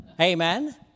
Amen